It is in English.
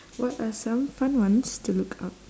what are some fun ones to look up